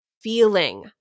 feeling